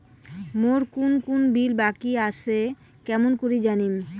মোর কুন কুন বিল বাকি আসে কেমন করি জানিম?